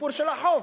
סיפור החוב.